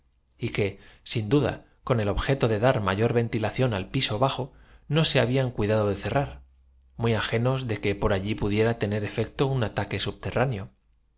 y que sin duda con el objeto esconder nuestro amor sino para pedir á la justicia el de dar mayor ventilación al piso bajo no se hablan amparo que la ley te debe cuidado de cerrar muy ágenos de esta juiciosa observación produjo su efecto los mi que por allí pudiera tener efecto un ataque subterráneo